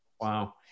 Wow